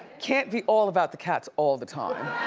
can't be all about the cats all the time.